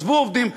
שעזבו עובדים,